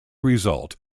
result